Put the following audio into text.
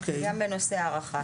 גם בנושא ההארכה.